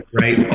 right